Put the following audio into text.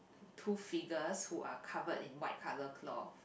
two figures who are covered in white color cloth